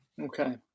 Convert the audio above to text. Okay